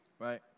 Right